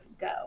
go